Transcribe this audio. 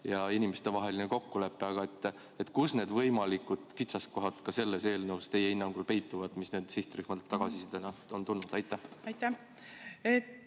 inimestevaheline kokkulepe. Aga kus need võimalikud kitsaskohad selles eelnõus teie hinnangul peituvad, mis nendelt sihtrühmadelt tagasisidena on tulnud? Aitäh!